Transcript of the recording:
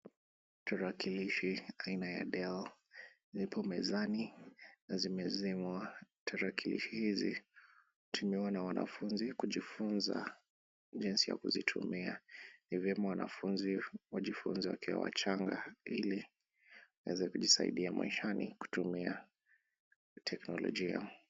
Tarakilishi aina ya dell. Zipo mezani na zimezimwa. Tarakilishi hizi hutumiwa na wanafunzi kujifunza jinsi ya kuzitumia. Ni vyema wanafunzi wajifunze wakiwa wachanga, ili waweze kujisaidia maishani kutumia teknolojia.